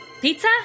Pizza